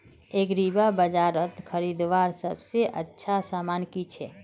एग्रीबाजारोत खरीदवार सबसे अच्छा सामान की छे?